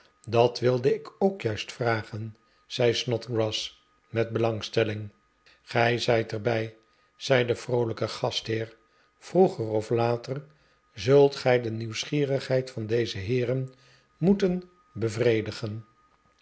dat wilde ik ook juist vragen zei snodgrass met belangstelling gij zijt er bij zei de vroolijke gastheer vroeger of later zult gij de nieuwsgierigheid van deze heeren moeten bevredigen